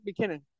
McKinnon